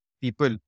people